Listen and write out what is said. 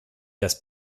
das